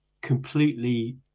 completely